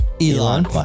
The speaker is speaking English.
Elon